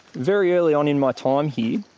very early on in my time here,